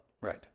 Right